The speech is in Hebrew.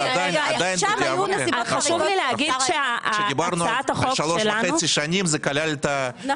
עדיין בדיעבד כשדיברנו על שלוש וחצי שנים זה כלל את השנה הזאת.